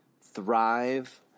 thrive